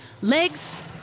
Legs